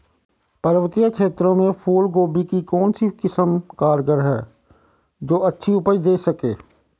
पर्वतीय क्षेत्रों में फूल गोभी की कौन सी किस्म कारगर है जो अच्छी उपज दें सके?